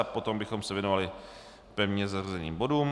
Potom bychom se věnovali pevně zařazeným bodům.